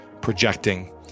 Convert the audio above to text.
projecting